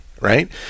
right